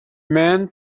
men